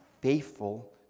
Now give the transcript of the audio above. faithful